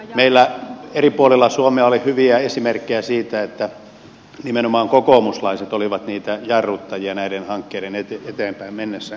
meillä eri puolilla suomea oli hyviä esimerkkejä siitä että nimenomaan kokoomuslaiset olivat niitä jarruttajia näiden hankkeiden eteenpäin menemisessä